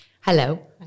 hello